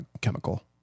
chemical